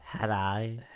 Hello